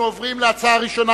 אנחנו עוברים להצעה הראשונה,